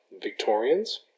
Victorians